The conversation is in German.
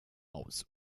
aus